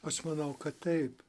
aš manau kad taip